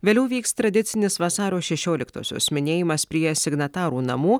vėliau vyks tradicinis vasario šešioliktosios minėjimas prie signatarų namų